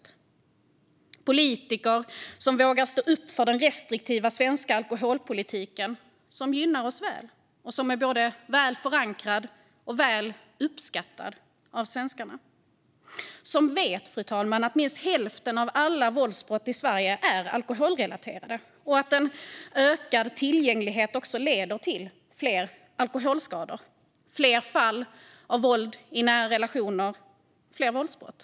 Det krävs politiker som vågar stå upp för den restriktiva svenska alkoholpolitiken, som tjänar oss väl och som är både väl förankrad och uppskattad av svenskarna, politiker som vet att minst hälften av alla våldsbrott i Sverige är alkoholrelaterade och att en ökad tillgänglighet leder till fler alkoholskador, fler fall av våld i nära relationer och fler våldsbrott.